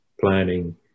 planning